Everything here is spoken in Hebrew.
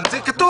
אבל זה כתוב.